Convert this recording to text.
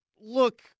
look